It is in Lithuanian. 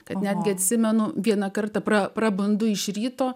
kad netgi atsimenu vieną kartą prabundu iš ryto